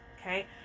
okay